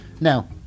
Now